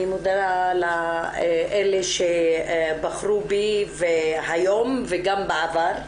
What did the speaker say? אני מודה לאלה שבחרו בי היום וגם בעבר,